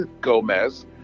Gomez